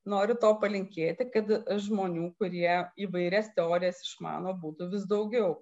noriu to palinkėti kad žmonių kurie įvairias teorijas išmano būtų vis daugiau